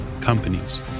companies